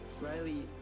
Riley